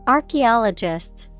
Archaeologists